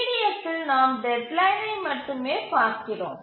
EDF இல் நாம் டெட்லைனை மட்டுமே பார்க்கிறோம்